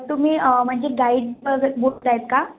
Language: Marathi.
तुम्ही म्हणजे गाईड सर बोलत आहात का